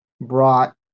brought